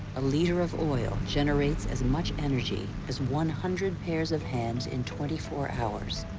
a liter of oil generates as much energy as one hundred pairs of hands in twenty four hours.